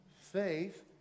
Faith